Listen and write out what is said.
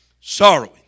Sorrowing